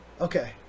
Okay